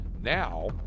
Now